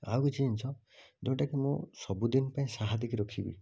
ଆଉ କିଛି ଜିନିଷ ଯେଉଁଟା କି ମୁଁ ସବୁଦିନ ପାଇଁ ସାଇତିକି ରଖିବି